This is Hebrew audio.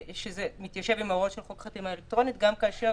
שזה מתיישב עם הראש של חוק חתימה אלקטרונית גם כאשר